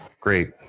great